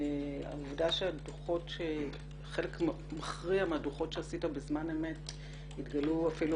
העובדה שחלק מכריע מהדוחות שעשית בזמן אמת התגלו אפילו